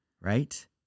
Right